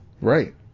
Right